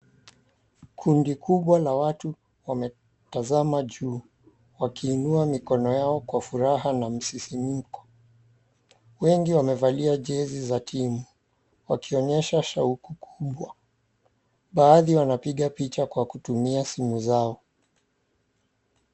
Kundi kubwa la watu wametazama juu wakiinua mikono yao kwa furaha na msisimko, wengi wamevalia jezi za timu wakionyesha shauku kubwa baadhi wanapiga picha kwa kutumia simu zao.